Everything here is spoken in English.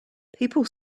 people